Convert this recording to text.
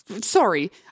Sorry